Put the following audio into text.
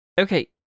Okay